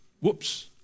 whoops